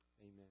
Amen